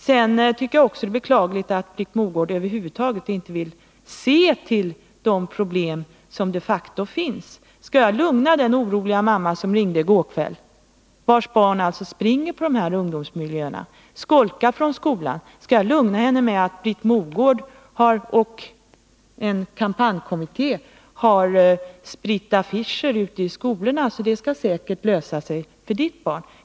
Det är också beklagligt att Britt Mogård över huvud taget inte vill se de problem som de facto finns. Hur skall jag lugna den oroliga mamma som i går kväll ringde och vars barn skolkar från skolan och vistas i dessa dåliga ungdomsmiljöer? Skall jag lugna henne med att Britt Mogård och en kampanjkommitté har spritt affischer ute i skolorna och att problemet för hennes barn därigenom säkert skall lösas?